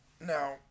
Now